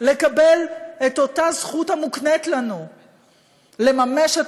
לקבל את אותה זכות המוקנית לנו לממש את